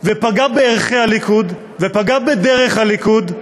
ופגע בערכי הליכוד ופגע בדרך הליכוד.